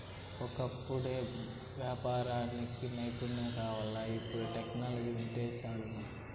ఒకప్పుడంటే యాపారానికి నైపుణ్యం కావాల్ల, ఇపుడు టెక్నాలజీ వుంటే చాలును